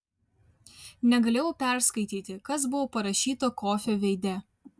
negalėjau perskaityti kas buvo parašyta kofio veide